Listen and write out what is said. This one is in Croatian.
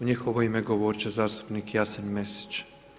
U njihovo ime govoriti će zastupnik Jasen Mesić.